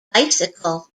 bicycle